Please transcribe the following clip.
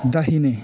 दाहिने